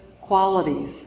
qualities